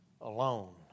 alone